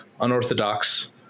Unorthodox